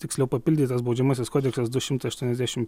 tiksliau papildytas baudžiamasis kodeksas du šimtai aštuoniasdešimt